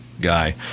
guy